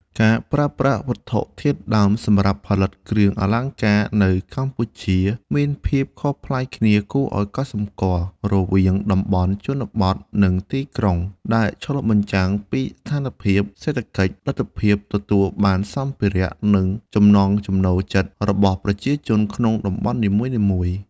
ការប្រើប្រាស់វត្ថុធាតុដើមសម្រាប់ផលិតគ្រឿងអលង្ការនៅកម្ពុជាមានភាពខុសប្លែកគ្នាគួរឲ្យកត់សម្គាល់រវាងតំបន់ជនបទ និងទីក្រុង ដែលឆ្លុះបញ្ចាំងពីស្ថានភាពសេដ្ឋកិច្ច លទ្ធភាពទទួលបានសម្ភារៈ និងចំណង់ចំណូលចិត្តរបស់ប្រជាជនក្នុងតំបន់នីមួយៗ។